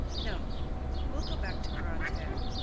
no we'll go back to grande terre.